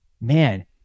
Man